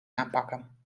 aanpakken